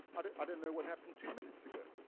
i don't know what happened two minutes ago.